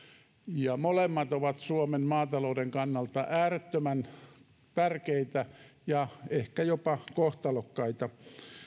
ja molemmat ovat suomen maatalouden kannalta äärettömän tärkeitä ja ehkä jopa kohtalokkaita